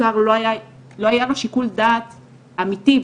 לשר לא היה שיקול דעת אמיתי,